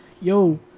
yo